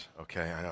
Okay